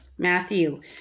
Matthew